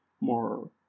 more